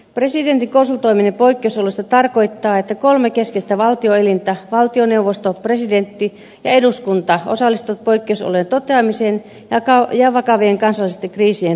presidentin konsultoiminen poikkeusoloista tarkoittaa että kolme keskeistä valtioelintä valtioneuvosto presidentti ja eduskunta osallistuvat poikkeusolojen toteamiseen ja vakavien kansallisten kriisien torjumiseen